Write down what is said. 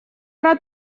рад